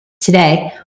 Today